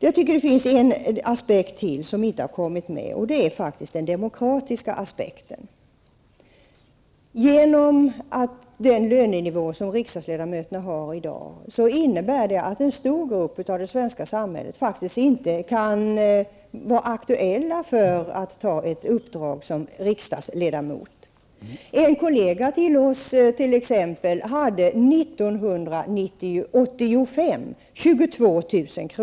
Jag tycker att det finns ytterligare en aspekt som inte har tagits upp, nämligen den demokratiska aspekten. Den lönenivå som riksdagsledamöterna har i dag innebär att en stor grupp i det svenska samhället faktiskt inte kan ta ett uppdrag som riksdagsledamot. År 1985 hade t.ex. en kollega till oss 22 000 kr.